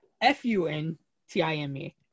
f-u-n-t-i-m-e